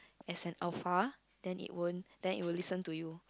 as an alpha then it won't then it will listen to you